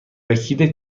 وکیل